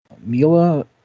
mila